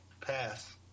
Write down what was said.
Pass